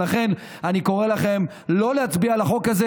ולכן אני קורא לכם לא להצביע על החוק הזה.